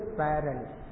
parents